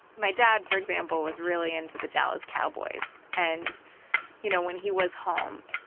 my dad, for example, was really into the dallas cowboys and you know when he was home,